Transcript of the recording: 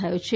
થયો છે